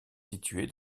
située